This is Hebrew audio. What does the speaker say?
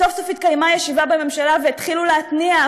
סוף-סוף התקיימה ישיבה בממשלה והתחילו להתניע,